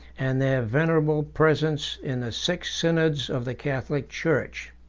and their venerable presence in the six synods of the catholic church.